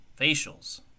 facials